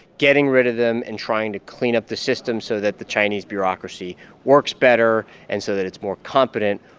getting rid of them and trying to clean up the system so that the chinese bureaucracy works better and so that it's more competent?